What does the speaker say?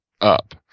up